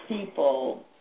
people